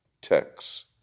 text